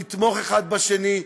לתמוך אחד בשני,